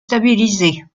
stabilisé